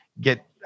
get